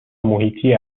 محیطی